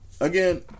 again